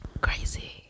Crazy